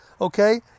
okay